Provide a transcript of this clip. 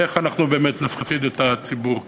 איך באמת נפחיד את הציבור כאן?